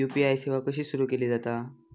UPI सेवा कशी सुरू केली जाता?